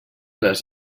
les